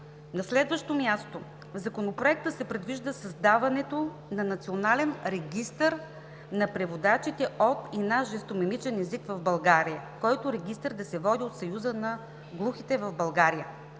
На следващо място, в Законопроекта се предвижда създаването на Национален регистър на преводачите от и на жестомимичен език в България, който да се води от Съюза на глухите в България.